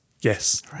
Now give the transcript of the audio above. yes